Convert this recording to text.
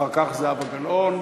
אחר כך, זהבה גלאון.